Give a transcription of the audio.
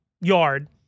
yard